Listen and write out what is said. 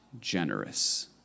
generous